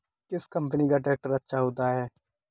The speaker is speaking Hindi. किस कंपनी का ट्रैक्टर अच्छा होता है?